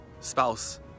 spouse